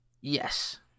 Yes